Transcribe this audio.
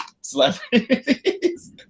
celebrities